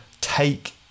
take